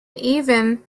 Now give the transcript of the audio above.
even